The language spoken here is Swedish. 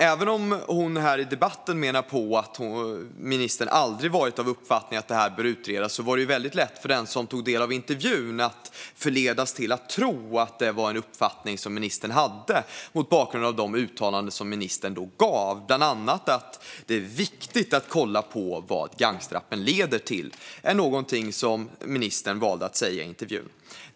Även om ministern här i debatten menar att hon aldrig haft uppfattningen att detta bör utredas var det väldigt lätt för den som tog del av intervjun att förledas att tro att det var en uppfattning som ministern hade mot bakgrund av de uttalanden som hon då gjorde, bland annat att det är viktigt att kolla vad gangsterrappen leder till. Det var någonting som ministern valde att säga i intervjun.